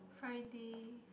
Friday